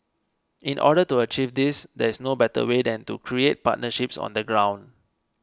in order to achieve this these is no better way than to create partnerships on the ground